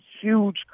huge